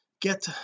get